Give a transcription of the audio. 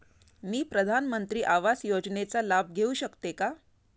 मी प्रधानमंत्री आवास योजनेचा लाभ घेऊ शकते का?